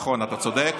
החלש, נכון, אתה צודק.